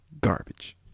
Garbage